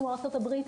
כמו ארצות הברית,